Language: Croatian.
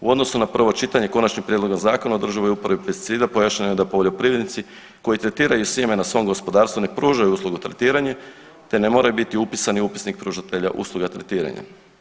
U odnosu na prvo čitanje Konačnim prijedlogom Zakona o održivoj uporabi pesticida pojašnjeno je da poljoprivrednici koji tretiraju sjeme na svom gospodarstvu ne pružaju uslugu tretiranje te ne moraju biti upisani u upisnik pružitelja usluga tretiranja.